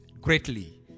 greatly